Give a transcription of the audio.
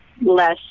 less